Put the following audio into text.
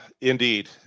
Indeed